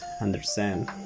Understand